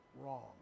wrong